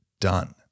done